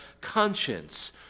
conscience